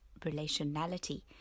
relationality